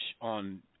on